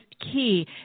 key